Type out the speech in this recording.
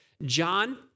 John